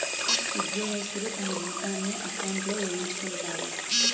ఉద్యోగస్తులు తమ జీతాన్ని ఎకౌంట్లో వేయించుకుంటారు